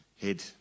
head